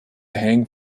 hang